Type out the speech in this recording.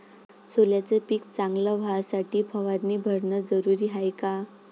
सोल्याचं पिक चांगलं व्हासाठी फवारणी भरनं जरुरी हाये का?